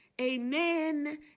amen